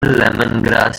lemongrass